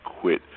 quit